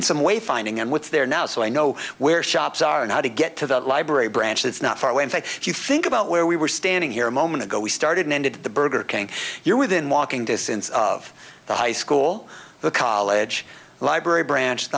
even some way finding and with there now so i know where shops are and how to get to the library branch it's not far away in fact if you think about where we were standing here a moment ago we started and ended the burger king you're within walking distance of the high school the college library branch